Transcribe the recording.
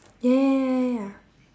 ya ya ya ya